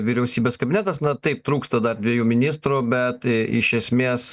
vyriausybės kabinetas na taip trūksta dar dviejų ministrų bet iš esmės